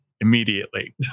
immediately